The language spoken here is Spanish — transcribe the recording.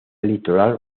litoral